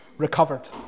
recovered